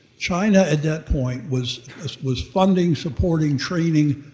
china, at that point, was was funding supporting training,